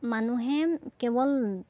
মানুহে কেৱল